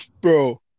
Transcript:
Bro